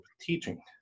teaching